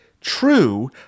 true